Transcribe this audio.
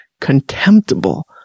Contemptible